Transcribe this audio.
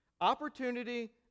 Opportunity